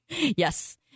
Yes